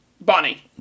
Bonnie